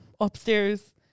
upstairs